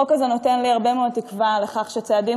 החוק הזה נותן לי הרבה מאוד תקווה לכך שצעדים